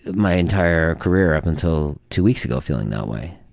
my entire career up until two weeks ago, feeling that way.